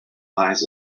eyes